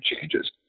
changes